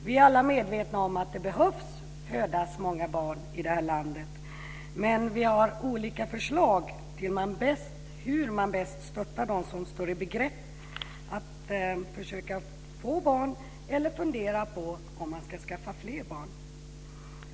Vi är alla medvetna om att det behöver födas många barn i det här landet, men vi har olika förslag till hur man bäst stöttar dem som står i begrepp att försöka få barn eller funderar på att skaffa fler barn.